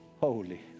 holy